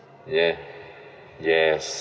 yeah yes